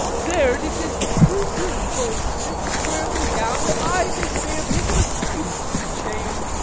there did this perjur'd goldsmith swear me down that i this day of him receiv'd the chain,